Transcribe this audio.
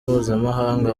mpuzamahanga